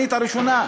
הראשונה.